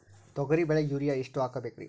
ತೊಗರಿ ಬೆಳಿಗ ಯೂರಿಯಎಷ್ಟು ಹಾಕಬೇಕರಿ?